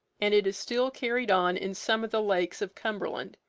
and it is still carried on in some of the lakes of cumberland.